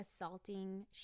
assaulting